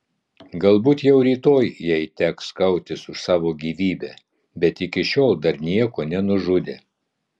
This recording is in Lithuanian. galbūt jau rytoj jai teks kautis už savo gyvybę bet iki šiol dar nieko nenužudė